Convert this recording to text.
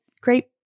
great